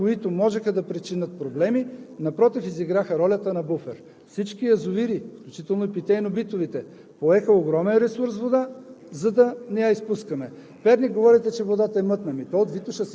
каквито проблеми да има си ги решаваме помежду си, но всичките каскади, които можеха да причинят проблеми, напротив, изиграха ролята на буфер. Всички язовири, включително и питейно-битовите, поеха огромен ресурс вода,